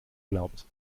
glaubt